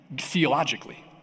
theologically